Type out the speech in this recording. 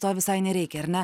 to visai nereikia ar ne